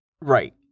Right